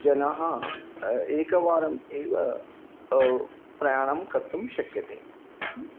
जनाः एकवारम् एव प्रयाणं कर्तुं शक्यन्ते